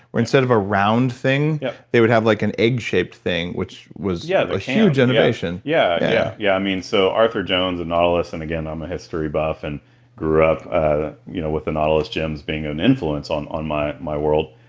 where instead of a round thing they would have like an egg shaped thing, which was yeah a huge innovation yeah i yeah yeah mean so arthur jones and nautilus and again i'm a history buff and grew up ah you know with the nautilus gym being an influence on on my my world,